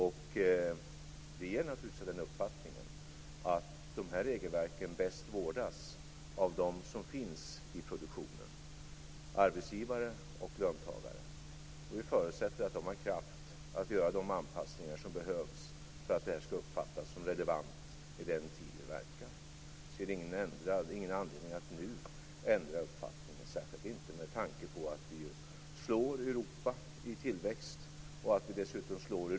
Vi är naturligtvis av den uppfattningen att de här regelverken bäst vårdas av dem som finns i produktionen: arbetsgivare och löntagare. Vi förutsätter att de har kraft att göra de anpassningar som behövs för att det här skall uppfattas som relevant i den tid då vi verkar. Jag ser ingen anledning att nu ändra uppfattning, särskilt inte med tanke på att vi ju slår Europa i både tillväxt och sysselsättning.